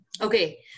okay